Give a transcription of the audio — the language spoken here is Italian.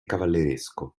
cavalleresco